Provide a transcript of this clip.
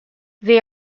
they